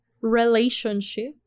relationship